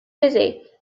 busy